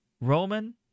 Roman